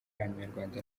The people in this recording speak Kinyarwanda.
abanyarwanda